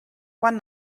one